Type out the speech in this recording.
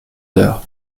heures